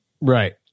Right